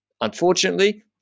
unfortunately